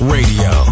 Radio